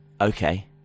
Okay